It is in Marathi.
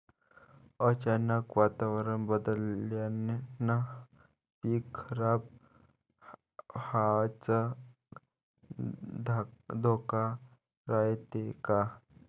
अचानक वातावरण बदलल्यानं पीक खराब व्हाचा धोका रायते का?